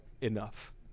enough